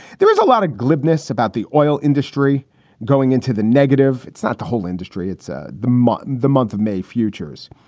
there was a lot of glibness about the oil industry going into the negative. it's not the whole industry. it's ah the month and the month of may futures.